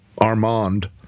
Armand